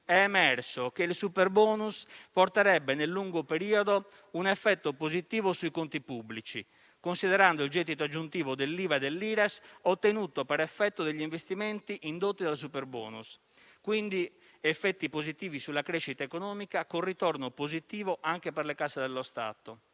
è emerso che il superbonus porterebbe nel lungo periodo un effetto positivo sui conti pubblici, considerando il gettito aggiuntivo dell'IVA e dell'Ires ottenuto per effetto degli investimenti indotti dal superbonus, quindi effetti positivi sulla crescita economica con ritorno positivo anche per le casse dello Stato.